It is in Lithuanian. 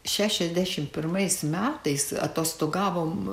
šešiasdešimt pirmais metais atostogavom